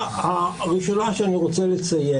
את אופרה ווינפרי?